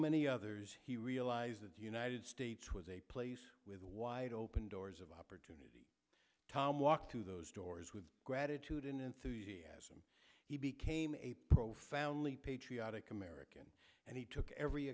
many others he realized that the united states was a place with wide open doors of opportunity tom walked through those doors with gratitude and enthusiasm he became a profoundly patriotic american and he took every